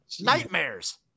Nightmares